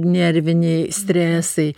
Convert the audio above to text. nerviniai stresai